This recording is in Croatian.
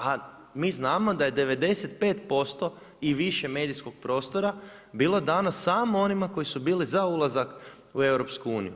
A mi znamo da je 95% i više medijskog prostora bilo danas samo onima koji su bili za ulazak u EU.